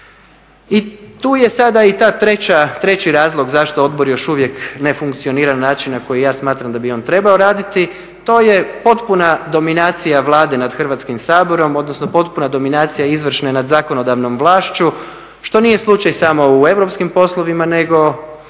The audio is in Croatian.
I tu je sada i taj treći razlog zašto odbor još uvijek ne funkcionira na način na koji ja smatram da bi on trebao raditi, to je potpuna dominacija Vlade nad Hrvatskim saborom, odnosno potpuna dominacija izvršne nad zakonodavnom vlašću, što nije slučaj samo u europskim poslovima nego